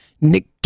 Nick